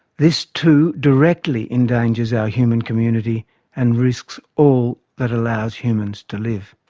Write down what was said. this too, directly endangers our human community and risks all that allows humans to live.